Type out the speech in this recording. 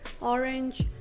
orange